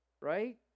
Right